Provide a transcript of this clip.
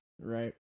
Right